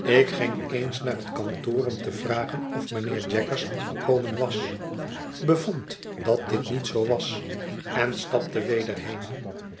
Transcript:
ik ging eens naar het kantoor om te vragen of mynheer jaggers al gekomen was bevond dat dit niet zoo was en stapte weder heen